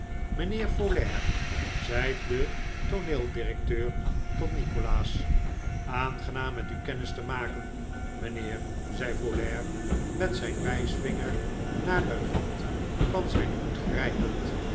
mijnheer folair zei de tooneeldirecteur tot nikolaas aangenaam met u kennis te maken mijnheer zei folair met zijn wijsvinger naar den rand van zijn hoed grijpend